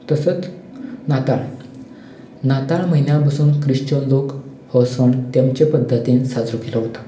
तसोच नाताळ नाताळ म्हयन्या पसून ख्रिश्चन लोक हो सण तेमच्या पद्धतीन साजरो केलो वता